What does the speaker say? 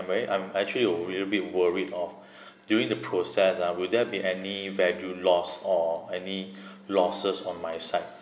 I'm very I'm I actually a little bit worried of during the process ah will there be any value loss or any losses on my side